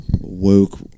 woke